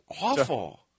awful